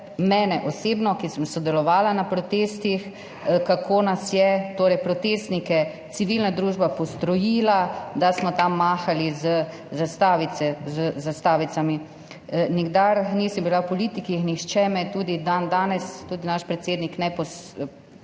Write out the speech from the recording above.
mene osebno, ki sem sodelovala na protestih, kako nas je, torej protestnike, civilna družba postrojila, da smo tam mahali z zastavicami. Nikdar nisem bila v politiki in nihče me tudi dandanes, tudi naš predsednik ne,